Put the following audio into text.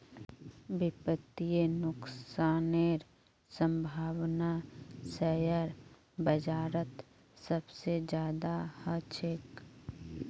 वित्तीय नुकसानेर सम्भावना शेयर बाजारत सबसे ज्यादा ह छेक